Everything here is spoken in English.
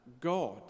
God